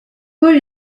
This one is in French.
paul